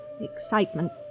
Excitement